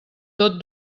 tot